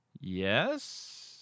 yes